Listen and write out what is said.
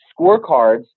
scorecards